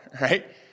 right